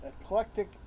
eclectic